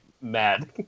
mad